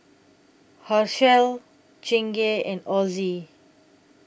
Herschel Chingay and Ozi